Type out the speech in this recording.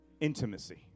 intimacy